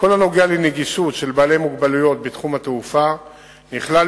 כל הנוגע לנגישות של בעלי מוגבלויות בתחום התעופה נכלל